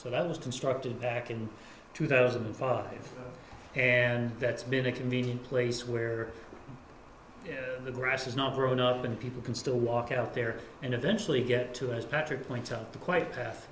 so that was constructed back in two thousand and five and that's been a convenient place where the grass is not grown up and people can still walk out there and eventually get to as patrick points out the quite pa